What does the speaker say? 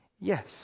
Yes